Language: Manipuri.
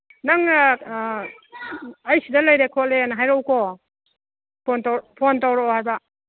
ꯅꯪꯅ ꯑꯩ ꯁꯤꯗ ꯂꯩꯔꯦ ꯈꯣꯠꯂꯦꯅ ꯍꯥꯏꯔꯛꯎꯀꯣ ꯐꯣꯟ ꯇꯧꯔꯛꯑꯣ ꯍꯥꯏꯕ